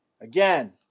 Again